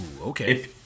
okay